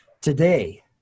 today